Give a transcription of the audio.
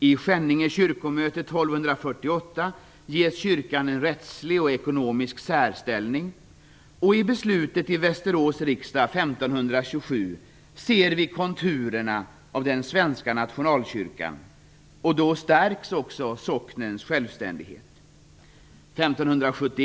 I Skänninge kyrkomöte 1248 ges kyrkan en rättslig och ekonomisk särställning, och i beslutet på Västerås riksdag 1527 ser vi konturerna av den svenska nationalkyrkan. Då stärks också socknens självständighet.